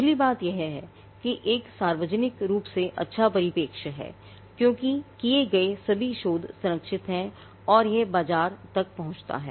पहली बात यह है कि एक सार्वजनिक रूप से अच्छा परिप्रेक्ष्य है क्योंकि किए गए सभी शोध संरक्षित हैं और यह बाजार तक पहुंचता है